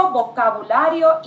vocabulario